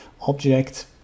object